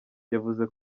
yavuze